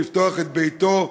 לפתוח את ביתו,